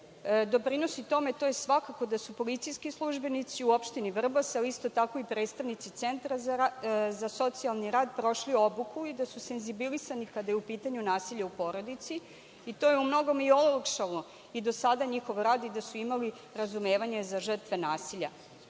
doprinosi tome, to je svakako da su policijski službenici u opštini Vrbas, a isto tako i predstavnici centra za socijalni rad prošli obuku i da su senzibilisani kada je u pitanju nasilje u porodici. To je u mnogome olakšalo do sada njihov rad i da su imali razumevanje za žrtve nasilja. Iz